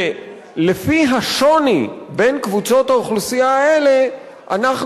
ולפי השוני בין קבוצות האוכלוסייה האלה אנחנו